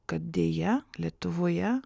kad deja lietuvoje